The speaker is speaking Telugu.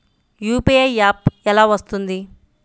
యూ.పీ.ఐ యాప్ ఎలా వస్తుంది?